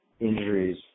injuries